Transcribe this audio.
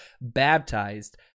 baptized